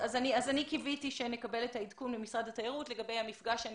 אני קיוויתי שנקבל את העדכון ממשרד התיירות לגבי המפגש שאני